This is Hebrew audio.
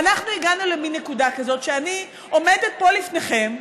ואנחנו הגענו למין נקודה כזאת שאני עומדת פה לפניכם,